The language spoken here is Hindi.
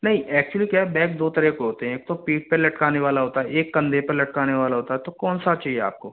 नहीं एक्चुअली क्या है बैग दो तरह के होते हैं एक तो पीठ पे लटकाने वाला होता है एक कँधे पे लटकाने वाला होता है तो कौन सा चाहिए आपको